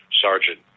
sergeant